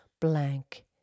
blank